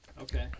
Okay